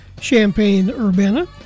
Champaign-Urbana